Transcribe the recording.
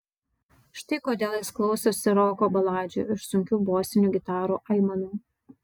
štai kodėl jis klausosi roko baladžių ir sunkių bosinių gitarų aimanų